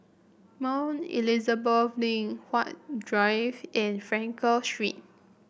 Mount Elizabeth Link Huat Drive and Frankel Street